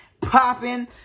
popping